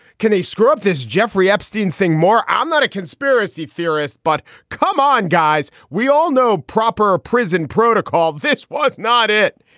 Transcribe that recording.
can they scrub this jeffrey epstein thing more? i'm not a conspiracy theorist, but come on, guys. we all know proper prison protocol. this was not it.